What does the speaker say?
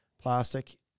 plastic